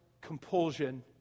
compulsion